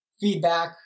feedback